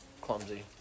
Clumsy